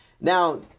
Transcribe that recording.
Now